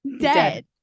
dead